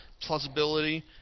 plausibility